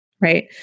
right